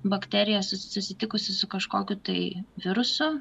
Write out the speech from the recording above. bakterija susitikusi su kažkokiu tai virusu